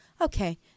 Okay